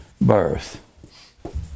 birth